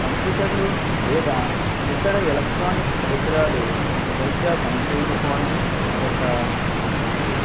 కంప్యూటర్లు లేదా ఇతర ఎలక్ట్రానిక్ పరికరాలు సరిగ్గా పనిచేయకపోవడం అదొక ఇబ్బంది